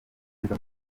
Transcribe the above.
neza